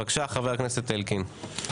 בבקשה, חבר הכנסת אלקין.